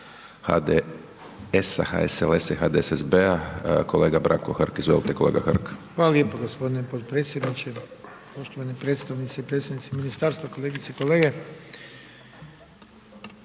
HDS-a, HSLS-a i HDSSB-a kolega Branko Hrg. Izvolite kolega Hrg. **Hrg, Branko (HDS)** Hvala lijepo gospodine potpredsjedniče, poštovane predstavnice i predstavnici ministarstva, kolegice i kolege.